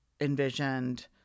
Envisioned